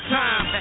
time